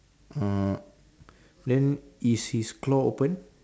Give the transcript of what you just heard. uh then is his claw open